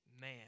man